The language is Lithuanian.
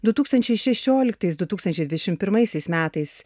du tūkstančiai šešioliktais du tūkstančiai dvidešim pirmaisiais metais